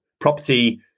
Property